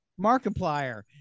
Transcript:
Markiplier